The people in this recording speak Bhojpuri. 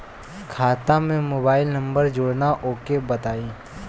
खाता में मोबाइल नंबर जोड़ना ओके बताई?